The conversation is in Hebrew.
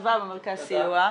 התנדבה במרכז סיוע.